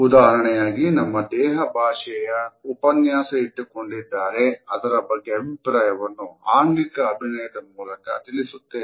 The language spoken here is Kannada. ಉದಾಹರಣೆಗೆ ಅವರು ದೇಹ ಭಾಷೆಯ ಉಪನ್ಯಾಸ ಇಟ್ಟುಕೊಂಡಿದ್ದಾರೆ ಅದರ ಬಗ್ಗೆ ಅಭಿಪ್ರಾಯವನ್ನು ಆಂಗಿಕ ಅಭಿನಯದ ಮೂಲಕ ತಿಳಿಸುತ್ತೇವೆ